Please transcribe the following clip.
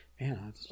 man